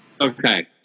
Okay